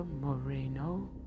Moreno